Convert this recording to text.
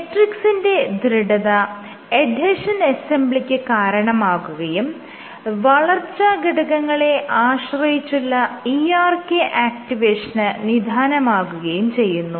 മെട്രിക്സിന്റെ ദൃഢത എഡ്ഹെഷൻ അസ്സംബ്ലിക്ക് കാരണമാകുകയും വളർച്ച ഘടകങ്ങളെ ആശ്രയിച്ചുള്ള ERK ആക്റ്റിവേഷന് നിദാനമാകുകയും ചെയ്യുന്നു